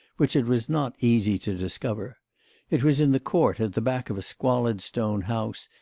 which it was not easy to discover it was in the court at the back of a squalid stone house,